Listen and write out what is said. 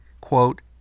quote